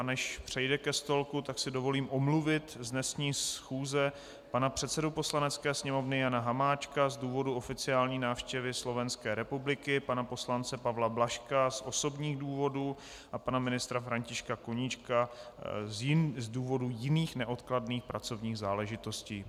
Než přejde ke stolku, tak si dovolím omluvit z dnešní schůze pana předsedu Poslanecké sněmovny Jana Hamáčka z důvodu oficiální návštěvy Slovenské republiky, pana poslance Pavla Blažka z osobních důvodů a pana ministra Františka Koníčka z důvodu jiných neodkladných pracovních záležitostí.